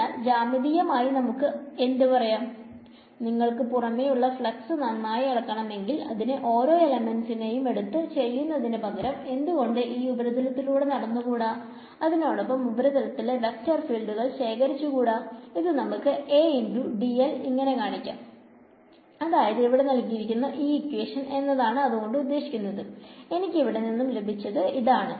അതിനാൽ ജ്യാമീതീയമായി നമുക്ക് എന്ത് പറയാം നിങ്ങൾക്ക് പുറമേക്ക് ഉള്ള ഫ്ലക്സ് നന്നായി അളക്കണം എങ്കിൽ അതിനെ ഓരോ എലമെന്റിനെയും എടുത്ത് ചെയ്യുന്നതിന് പകരം എന്തുകൊണ്ട് ഈ ഉപരിതലത്തിലൂടെ നടന്നുകൂടാ അതിനോടൊപ്പം ഉപരിതലത്തിലെ വെക്ടർ ഫീൽഡ്കൾ ശേകരിച്ചുകൂടാ ഇത് നമുക്ക് ഇങ്ങനെ കാണിക്കാം അതായത് എന്നതാണ് എനിക്കിവിടെ നിന്നും ലഭിച്ചത് ok